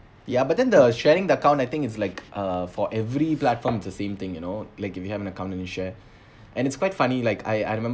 ya but then the sharing the account I think is like uh for every platform is the same thing you know like if you have an account to share and it's quite funny like I I remember